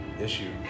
issue